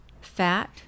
fat